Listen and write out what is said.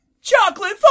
Chocolate